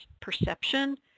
perception